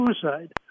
suicide